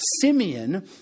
Simeon